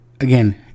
Again